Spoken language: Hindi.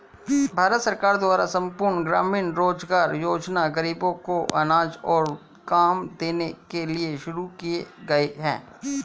भारत सरकार द्वारा संपूर्ण ग्रामीण रोजगार योजना ग़रीबों को अनाज और काम देने के लिए शुरू की गई है